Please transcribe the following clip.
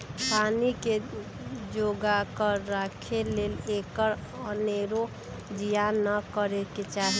पानी के जोगा कऽ राखे लेल एकर अनेरो जियान न करे चाहि